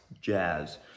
jazz